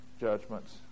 judgments